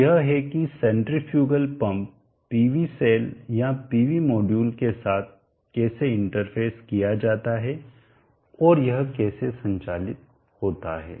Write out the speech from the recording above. तो यह है कि सेन्ट्रीफ्यूगल पंप पीवी सेल या पीवी मॉड्यूल के साथ कैसे इंटरफ़ेस किया जाता है और यह कैसे संचालित होता है